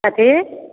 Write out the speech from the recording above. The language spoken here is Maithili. कथी